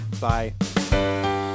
Bye